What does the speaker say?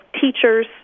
teachers